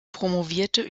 promovierte